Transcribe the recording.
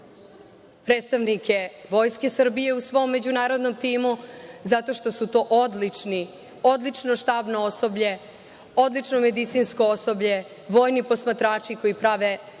predstavnike Vojske Srbije u svom međunarodnom timu, zato što je to odlično štabno osoblje, odlično medicinsko osoblje, vojni posmatrači koji prave